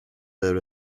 her